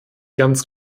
ganz